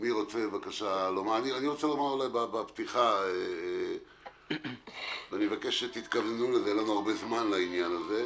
רוצה לומר בפתיחה אני מבקש שתתכווננו לזה אין לנו הרבה זמן לעניין,